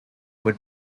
would